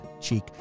cheek